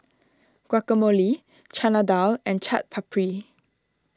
Guacamole Chana Dal and Chaat Papri